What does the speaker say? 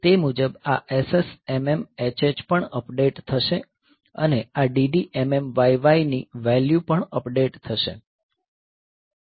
તે મુજબ આ ss mm hh પણ અપડેટ થશે અને આ dd mm yy ની વેલ્યૂ પણ અપડેટ થશે